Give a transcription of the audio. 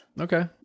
okay